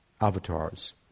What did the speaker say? avatars